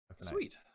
Sweet